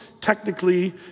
technically